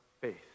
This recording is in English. faith